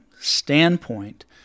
standpoint